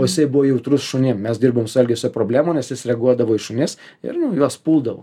o jisai buvo jautrus šunim mes dirbom su elgesio problemom nes jis reaguodavo į šunis ir juos puldavo